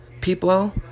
people